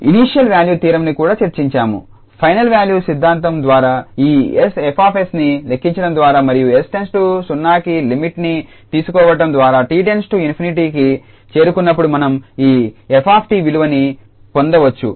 initial value theorem ని కూడా చర్చించాము ఫైనల్ వాల్యూ సిద్ధాంతం ద్వారా ఈ 𝑠F𝑠ని లెక్కించడం ద్వారా మరియు 𝑠→0కి లిమిట్ ని తీసుకోవడం ద్వారా 𝑡 →∞కి చేరుకున్నప్పుడు మనం ఈ 𝑓𝑡 విలువని పొందవచ్చు